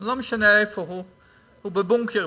לא משנה איפה הוא, הוא בבונקר.